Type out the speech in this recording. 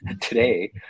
today